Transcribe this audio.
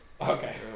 Okay